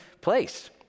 place